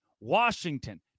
Washington